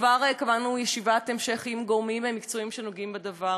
וכבר קבענו ישיבת המשך עם הגורמים המקצועיים הנוגעים בדבר,